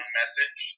message